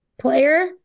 player